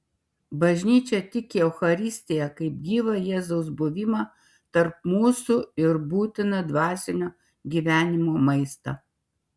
bažnyčia tiki eucharistiją kaip gyvą jėzaus buvimą tarp mūsų ir būtiną dvasinio gyvenimo maistą